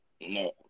No